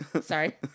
Sorry